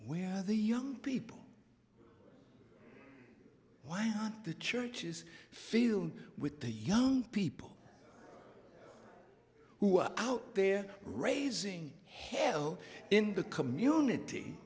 where the young people why the church is filled with the young people who are out there raising hell in the community